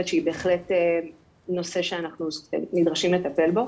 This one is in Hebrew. שהיא באמת נושא שאנחנו נדרשים לטפל בו,